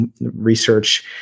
research